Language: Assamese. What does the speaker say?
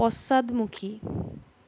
পশ্চাদমুখী